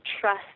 trust